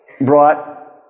brought